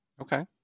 Okay